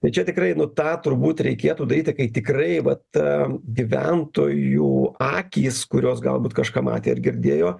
bet čia tikrai nu tą turbūt reikėtų daryti kai tikrai vat gyventojų akys kurios galbūt kažką matė ir girdėjo